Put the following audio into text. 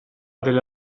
della